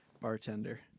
Bartender